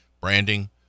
branding